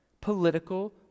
political